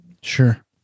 Sure